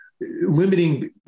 limiting